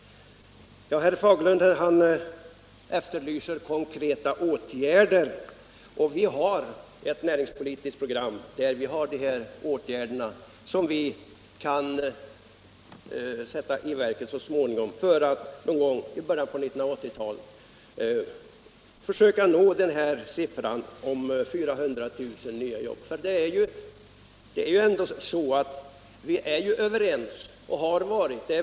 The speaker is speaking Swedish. Herr Fagerlund efterlyser konkreta åtgärder, och vi har ett näringspolitiskt program med åtgärder som vi så småningom kan sätta i verket för att någon gång i början på 1980-talet försöka nå målet 400 000 nya jobb. Vi är ju ändå överens i det här avseendet och har varit det.